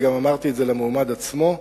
וגם אמרתי את זה למועמד עצמו,